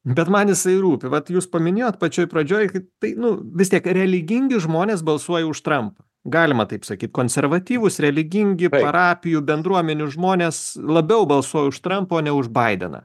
bet man jisai rūpi vat jūs paminėjot pačioj pradžioj kai tai nu vis tiek religingi žmonės balsuoja už trampą galima taip sakyt konservatyvūs religingi parapijų bendruomenių žmonės labiau balsuoja už trampą o ne už baideną